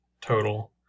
Total